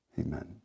Amen